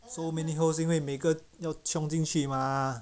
so many host 因为每个要 chiong 进去 mah